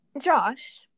Josh